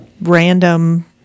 Random